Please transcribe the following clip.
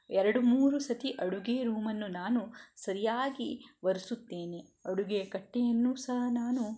ಎರಡು ಮೂರು ಸರ್ತಿ ಅಡುಗೆ ರೂಮನ್ನು ನಾನು ಸರಿಯಾಗಿ ಒರೆಸುತ್ತೇನೆ ಅಡುಗೆ ಕಟ್ಟೆಯನ್ನೂ ಸಹ ನಾನು